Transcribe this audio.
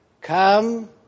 come